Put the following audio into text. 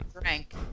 drank